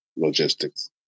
logistics